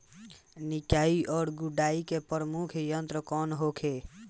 निकाई और गुड़ाई के प्रमुख यंत्र कौन होखे?